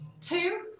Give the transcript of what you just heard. two